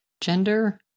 gender